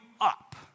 up